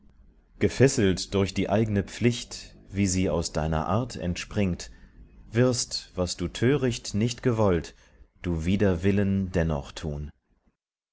gefesselt durch die eigne pflicht wie sie aus deiner art entspringt wirst was du töricht nicht gewollt du wider willen dennoch tun